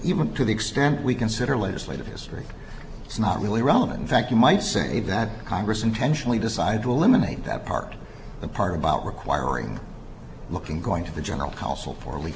even to the extent we consider legislative history it's not really relevant thank you might say that congress intentionally decided to eliminate that part the part about requiring looking going to the general